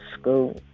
school